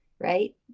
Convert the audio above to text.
right